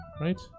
right